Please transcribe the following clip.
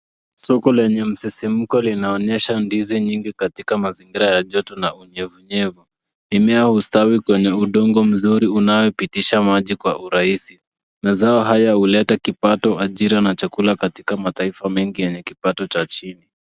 Soko lenye msisimuko linaonyesha ndizi nyingi katika mazingira ya joto na unyevunyevu, mimea hustawi kwenye udongo mzuri unaopitisha maji kwa urahisi. Mazao haya huleta kipato ajira na chakula katika mataifa mengi yenye kipato cha chini.